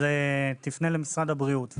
תפנה למשרד הבריאות.